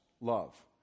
love